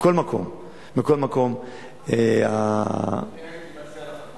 אני הייתי מציע לך,